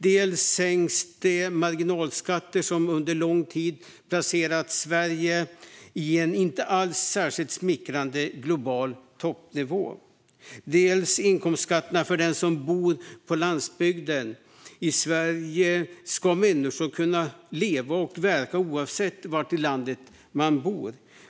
Dels sänks marginalskatter som under lång tid har placerat Sverige i en inte alls särskilt smickrande global toppnivå. Dels sänks inkomstskatterna för den som bor på landsbygden. I Sverige ska människor kunna leva och verka oavsett var i landet de bor.